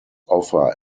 offer